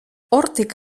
hortik